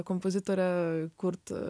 kompozitore kurt